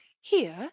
Here